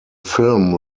film